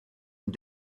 and